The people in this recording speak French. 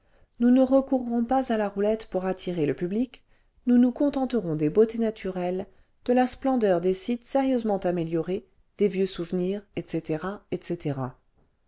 nous ne recourrons pas à la roulette pour attirer le public nous nous contenterons des beautés naturelles de la splendeur des sites sérieusement améliorés des vieux souvenirs etc etc